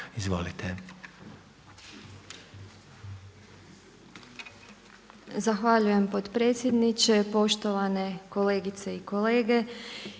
Izvolite.